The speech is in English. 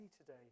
today